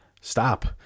stop